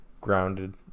Grounded